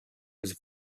was